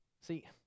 See